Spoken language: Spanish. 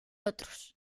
otros